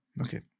Okay